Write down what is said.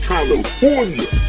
California